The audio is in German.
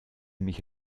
mich